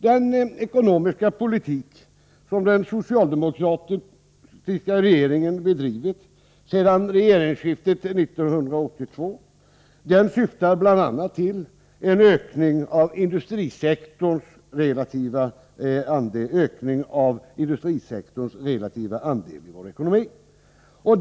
Den ekonomiska politik som den socialdemokratiska regeringen bedrivit sedan regeringsskiftet 1982 syftar bl.a. till en ökning av industrisektorns relativa andel i vår ekonomi.